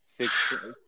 six